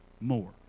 more